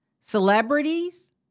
celebrities